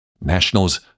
Nationals